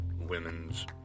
women's